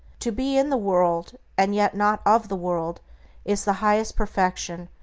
to be in the world and yet not of the world is the highest perfection,